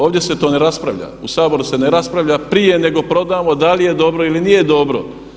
Ovdje se to ne raspravlja, u Saboru se ne raspravlja prije nego prodamo da li je dobro ili nije dobro.